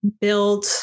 build